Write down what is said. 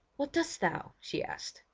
what dost thou she asked.